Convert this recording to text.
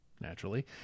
naturally